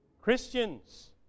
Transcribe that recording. Christians